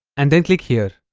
and then click here